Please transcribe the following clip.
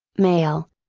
mail.